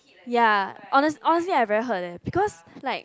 ya honest honestly I really hurt leh because like